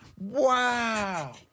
Wow